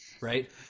right